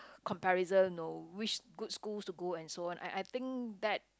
comparison know which good schools to go and so on I I think that